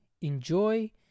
Enjoy